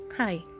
Hi